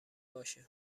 باشه